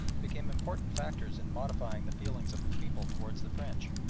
became important factors in modifying the feelings of the people towards the french,